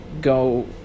go